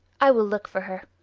i will look for her.